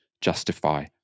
justify